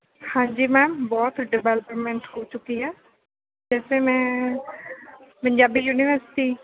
ਹਾਂਜੀ ਮੈਮ ਬਹੁਤ ਡਿਵੈਲਪਮੈਂਟ ਹੋ ਚੁੱਕੀ ਹੈ ਵੈਸੇ ਮੈਂ ਪੰਜਾਬੀ ਯੂਨੀਵਰਸਿਟੀ